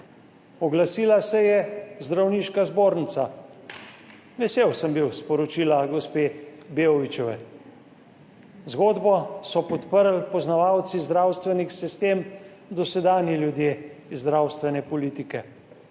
Oglasila se je Zdravniška zbornica, vesel sem bil sporočila gospe Beovićeve. Zgodbo so podprli poznavalci, zdravstveni sistem, dosedanji ljudje iz zdravstvene politike.